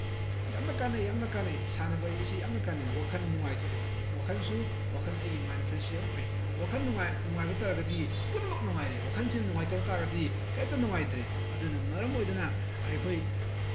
ꯌꯥꯝꯅ ꯀꯥꯟꯅꯩ ꯌꯥꯝꯅ ꯀꯥꯟꯅꯩ ꯁꯥꯟꯅꯕ ꯍꯥꯏꯁꯤ ꯌꯥꯝꯅ ꯀꯥꯟꯅꯩ ꯋꯥꯈꯜ ꯅꯨꯡꯉꯥꯏꯊꯣꯛꯑꯦꯕ ꯋꯥꯈꯜꯁꯨ ꯋꯥꯈꯜ ꯑꯩꯒꯤ ꯃꯥꯏꯟ ꯐ꯭ꯔꯦꯁꯁꯨ ꯌꯥꯝ ꯑꯣꯏ ꯋꯥꯈꯜ ꯅꯨꯡꯉꯥꯏꯕ ꯇꯥꯔꯗꯤ ꯄꯨꯝꯅꯃꯛ ꯅꯨꯡꯉꯥꯏꯔꯦꯕ ꯋꯥꯈꯜꯁꯤꯅ ꯅꯨꯡꯉꯥꯏꯇꯕ ꯇꯥꯔꯗꯤ ꯀꯔꯤꯝꯇ ꯅꯨꯡꯉꯥꯏꯇ꯭ꯔꯦ ꯑꯗꯨꯅ ꯃꯔꯝ ꯑꯣꯏꯗꯅ ꯑꯩꯈꯣꯏ